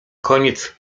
koniec